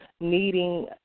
needing